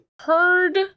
Heard